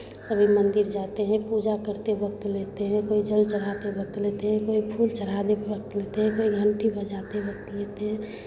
सभी मंदिर जाते हैं पूजा करते वक्त लेते हैं कोई जल चढ़ाते वक्त लेते हैं कोई फूल चढ़ाने वक्त लेते हैं कोई घंटी बजाते वक्त लेते हैं